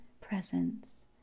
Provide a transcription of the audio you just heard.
Presence